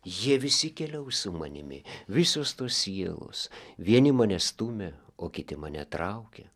jie visi keliaus su manimi visos tos sielos vieni mane stumia o kiti mane traukia